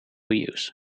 use